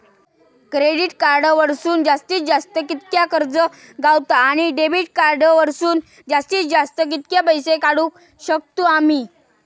Credit card वरसून जास्तीत जास्त कितक्या कर्ज गावता, आणि डेबिट कार्ड वरसून जास्तीत जास्त कितके पैसे काढुक शकतू आम्ही?